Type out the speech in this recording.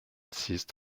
ceased